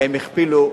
והם הכפילו,